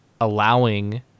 allowing